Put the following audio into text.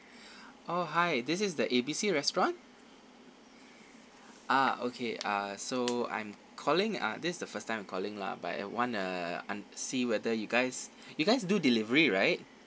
oh hi this is the A B C restaurant ah okay uh so I'm calling ah this the first time I'm calling lah but I want to un~ see whether you guys you guys do delivery right